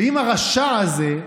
אם הרשע הזה,